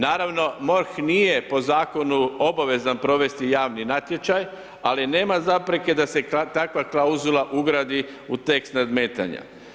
Naravno, MORH nije po zakonu obavezan provesti javni natječaj, ali nema zapreke da se takva klauzula ugradi u tekst nadmetanja.